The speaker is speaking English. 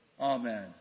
Amen